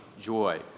joy